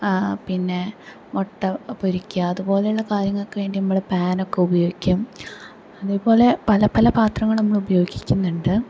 പിന്നെ മുട്ട പൊരിക്കാന് അതുപോലുള്ള കാര്യങ്ങൾക്ക് വേണ്ടി നമ്മൾ പാനൊക്കെ ഉപയോഗിക്കും അതേപോലെ പല പല പാത്രങ്ങളും നമ്മൾ ഉപയോഗിക്കുന്നുണ്ട്